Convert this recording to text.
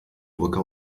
brücke